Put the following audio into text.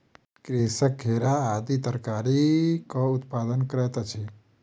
कृषक घेरा आदि तरकारीक उत्पादन करैत अछि